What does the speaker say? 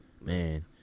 Man